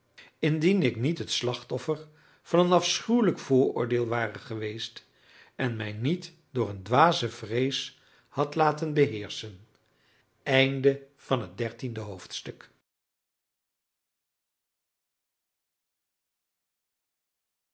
indien ik niet het slachtoffer van een afschuwelijk vooroordeel ware geweest en mij niet door een dwaze vrees had laten beheerschen